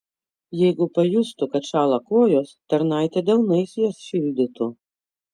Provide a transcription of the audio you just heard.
jeigu pajustų kad šąla kojos tarnaitė delnais jas šildytų